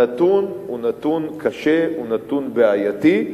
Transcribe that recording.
הנתון הוא נתון קשה, הוא נתון בעייתי,